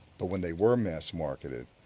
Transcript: but when they were mass marketed,